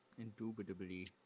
Indubitably